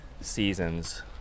seasons